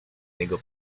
jego